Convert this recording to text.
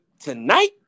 tonight